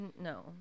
No